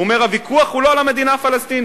הוא אומר: הוויכוח הוא לא על המדינה הפלסטינית,